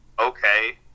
okay